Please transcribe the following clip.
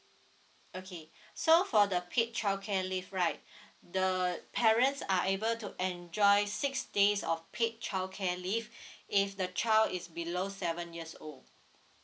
okay so for the paid childcare leave right the parents are able to enjoy six days of paid childcare leave if the child is below seven years old